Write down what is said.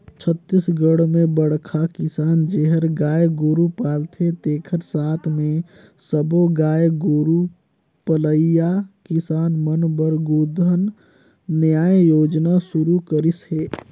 छत्तीसगढ़ में बड़खा किसान जेहर गाय गोरू पालथे तेखर साथ मे सब्बो गाय गोरू पलइया किसान मन बर गोधन न्याय योजना सुरू करिस हे